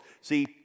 See